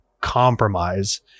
compromise